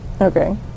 Okay